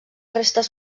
restes